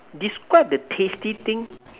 describe the tasty thing